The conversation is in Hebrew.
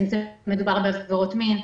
אם זה עבירות מין,